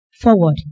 forward